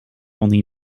only